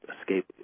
escape